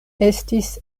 estis